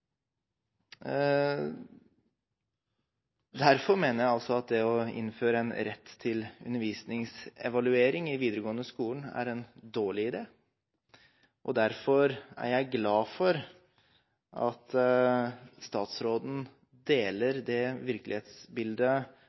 Derfor mener jeg at det å innføre en rett til undervisningsevaluering i den videregående skolen er en dårlig idé, og derfor er jeg glad for at statsråden deler det virkelighetsbildet